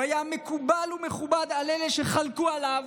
הוא היה מקובל ומכובד על אלה שחלקו עליו,